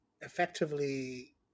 effectively